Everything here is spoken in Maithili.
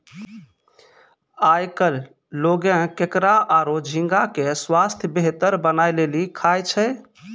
आयकल लोगें केकड़ा आरो झींगा के स्वास्थ बेहतर बनाय लेली खाय छै